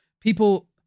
People